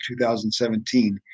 2017